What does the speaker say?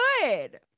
good